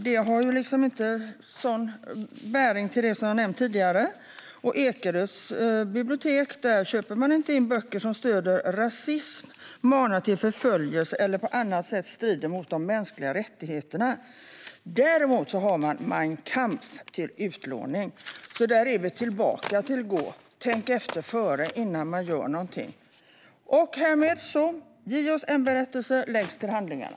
Det har inte bäring på sådant jag har nämnt tidigare. På Ekerös bibliotek köper de inte in böcker som stöder rasism, manar till förföljelse eller på annat sätt strider mot de mänskliga rättigheterna. Däremot finns Mein Kampf till utlåning. Där är vi tillbaka till Gå. Tänk efter före innan man gör något. Jag yrkar bifall till utskottets förslag att riksdagen lägger JO:s ämbetsberättelse till handlingarna.